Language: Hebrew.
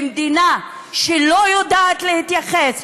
ומדינה שלא יודעת להתייחס,